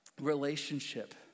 relationship